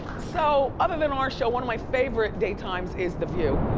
so, other than our show, one of my favorite daytime's is the view.